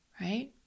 right